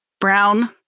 brown